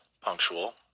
punctual